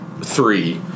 Three